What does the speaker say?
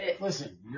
listen